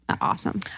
awesome